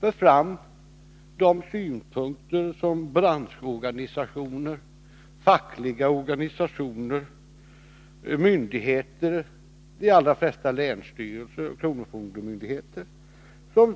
för fram de synpunkter som branschorganisationer, fackliga organisationer, myndigheter, de allra flesta länsstyrelser och kronofogdemyndigheter har.